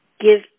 Give